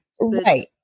Right